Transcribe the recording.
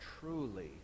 truly